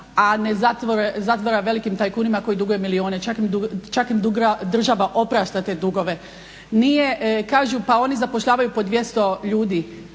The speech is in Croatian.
a ne zatvore velikim tajkunima koji duguju milione, čak im država oprašta te dugove. Kažu, pa oni zapošljavaju po 200 ljudi,